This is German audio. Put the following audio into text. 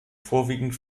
vorwiegend